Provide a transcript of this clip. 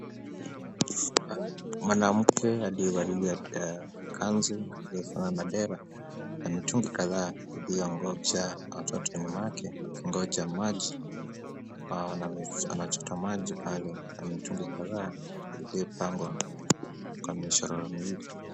Mwanamke aliyevalia kanzu inayofanana na dera na mitungi kadhaa iliyoongoja ichotwe nyuma yake ikingoja maji. Anachota maji pale na mitungi kadhaa iliyopangwa kwa mishororo miwili.